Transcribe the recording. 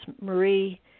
Marie